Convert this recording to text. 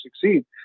succeed